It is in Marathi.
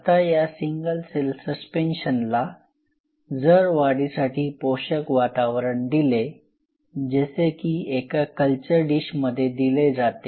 आता या सिंगल सेल सस्पेन्शनला जर वाढीसाठी पोषक वातावरण दिले जसे की एका कल्चर डिश मध्ये दिले जाते